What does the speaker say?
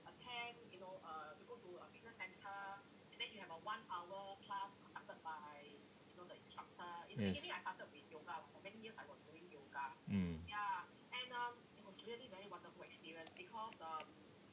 yes mm